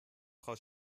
frau